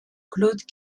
claude